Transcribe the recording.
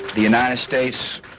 the united states